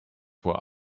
were